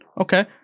Okay